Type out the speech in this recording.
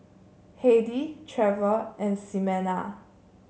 Heidy Trevor and Ximena